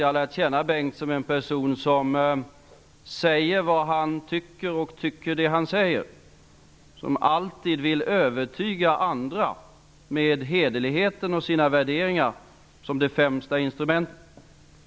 Jag har lärt känna honom som en person som säger vad han tycker och tycker det han säger och som alltid vill övertyga andra med hederligheten och sina värderingar som det främsta instrumentet.